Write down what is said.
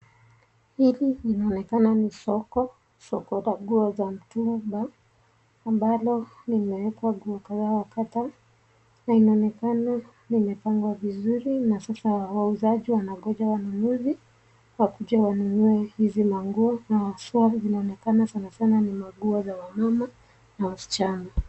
Hili linaonekana ni soko. Soko la nguo za mitumba ambalo limewekwa nguo yao ya kata na inaonekana limepangwa vizuri na sasa wauzaji wanangoja wanunuzi wakuje wanunue hizi manguo na haswa zinaonekana sana sana ni nguo za wamama na wasichana.